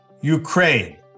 Ukraine